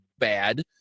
Bad